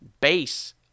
base